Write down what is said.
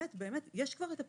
יש כבר הפיילוט,